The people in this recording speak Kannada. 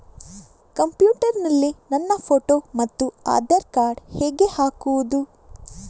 ಕಂಪ್ಯೂಟರ್ ನಲ್ಲಿ ನನ್ನ ಫೋಟೋ ಮತ್ತು ಆಧಾರ್ ಕಾರ್ಡ್ ಹೇಗೆ ಹಾಕುವುದು?